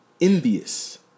envious